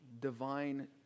divine